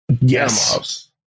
Yes